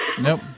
Nope